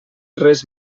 res